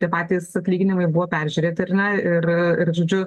tie patys atlyginimai buvo peržiūrėti ar ne ir ir žodžiu